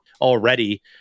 already